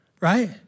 right